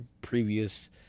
previous